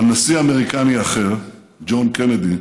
אבל נשיא אמריקני אחר, ג'ון קנדי,